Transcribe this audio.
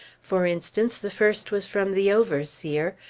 for instance, the first was from the overseer,